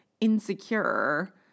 insecure